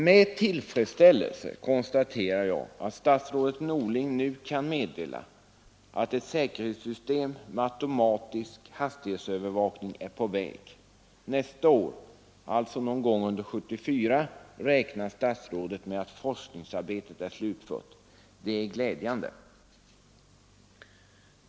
Med tillfredsställelse konstaterar jag att statsrådet Norling nu kan meddela att ett säkerhetssystem med automatisk hastighetsövervakning är på väg. Nästa år — alltså någon gång under 1974 — räknar statsrådet med att forskningsarbetet är slutfört. Det är glädjande.